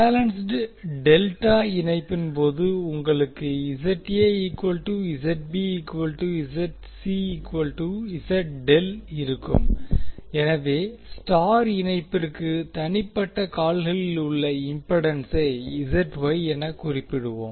balanced delta இணைப்பின் போது உங்களுக்கு இருக்கும் எனவே ஸ்டார் இணைப்பிற்கு தனிப்பட்ட கால்களில் உள்ள இம்பிடன்சை எனக் குறிப்பிடுவோம்